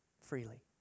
freely